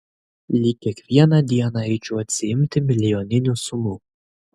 lyg kiekvieną dieną eičiau atsiimti milijoninių sumų